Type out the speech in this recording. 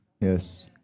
Yes